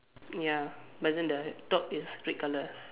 ya but then the top is red colour